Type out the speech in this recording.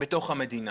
בתוך המדינה.